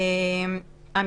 לא הרבה,